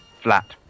flat